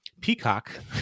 Peacock